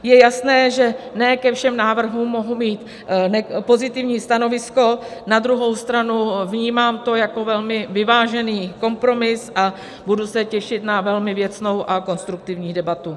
Je jasné, že ne ke všem návrhům mohu mít pozitivní stanovisko, na druhou stranu vnímám to jako velmi vyvážený kompromis a budu se těšit na velmi věcnou a konstruktivní debatu.